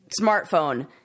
smartphone